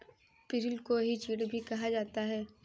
पिरुल को ही चीड़ भी कहा जाता है